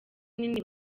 nini